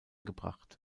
gebracht